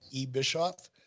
eBischoff